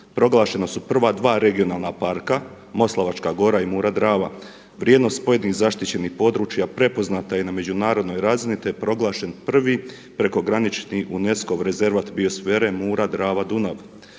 Proglašena su prva dva regionalna parka Moslava gora i Mura-Drava. Vrijednost pojedinih zaštićenih područja prepoznata je na međunarodnoj razini te je proglašen prvi prekogranični UNESCO rezervat biosfere Mura-Drava-Dunav.